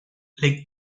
les